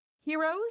heroes